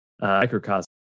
microcosm